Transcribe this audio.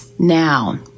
Now